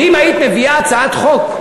ואם היית מביאה הצעת חוק,